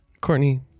Courtney